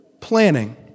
planning